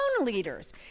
leaders